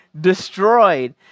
destroyed